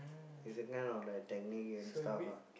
is a kind of like technique and stuff ah